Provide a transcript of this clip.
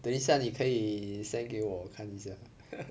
等一下你可以 send 给我看一下